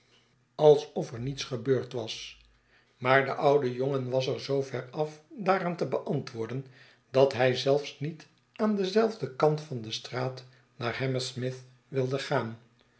alsof er niets gebeurcl was maar de oude jongen was er zoo ver af daaraan te beantwoorden dat hij zelfs niet aan denzelfden kant van de straat naar hammersmith wilde gaan